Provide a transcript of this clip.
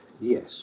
Yes